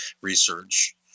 research